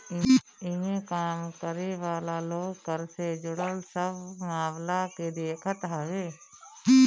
इमें काम करे वाला लोग कर से जुड़ल सब मामला के देखत हवे